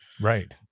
Right